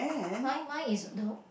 mine mine is the